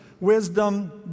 Wisdom